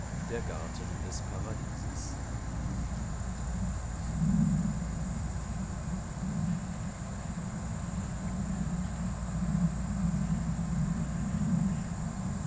der garten des paradieses